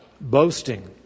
boasting